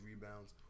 rebounds